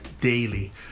daily